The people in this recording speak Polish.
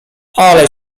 ale